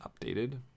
updated